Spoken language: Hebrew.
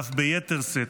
ואף ביתר שאת.